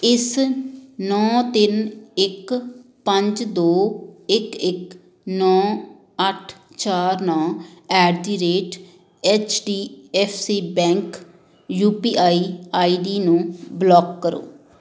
ਇਸ ਨੌਂ ਤਿੰਨ ਇੱਕ ਪੰਜ ਦੋ ਇੱਕ ਇੱਕ ਨੌਂ ਅੱਠ ਚਾਰ ਨੌਂ at the rate H D F C bank U P I I D ਨੂੰ ਬਲੋਕ ਕਰੋ